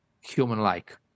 human-like